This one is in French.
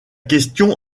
question